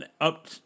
up